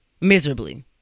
miserably